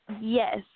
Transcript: yes